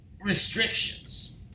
restrictions